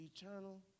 eternal